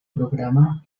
programa